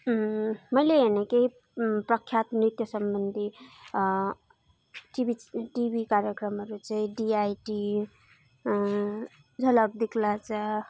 मैले हेर्ने केही प्रख्यात नृत्य सम्बन्धी टिभी टिभी कार्यक्रमहरू चाहिँ डिआइडी झलक दिखला जा